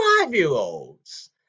five-year-olds